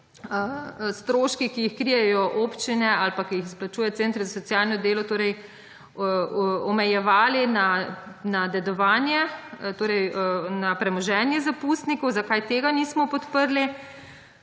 stroški, ki jih krijejo občine ali pa ki jih plačujejo centri za socialno delo, torej omejevali na dedovanje, torej na premoženje zapustnikov, zakaj tega nismo podprli.